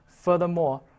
Furthermore